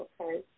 Okay